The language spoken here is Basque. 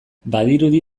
badirudi